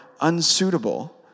unsuitable